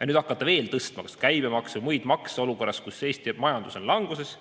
Ja nüüd hakata veel tõstma käibemaksu või muid makse olukorras, kus Eesti majandus on languses,